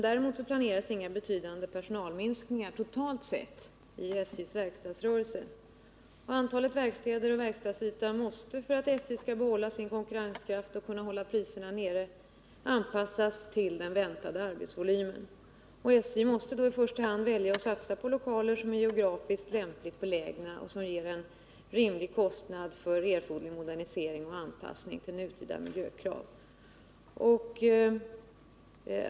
Däremot planeras inga betydande personalminskningar totalt sett i SJ:s verkstadsrörelse. Antalet verkstäder och verkstadsytan måste, för att SJ skall kunna behålla sin konkurrenskraft och hålla priserna nere, anpassas till den väntade arbetsvolymen. SJ måste då i första hand välja att satsa på lokaler som är geografiskt lämpligt belägna och som ger en rimlig kostnad för erforderlig modernisering och anpassning till nutida miljökrav.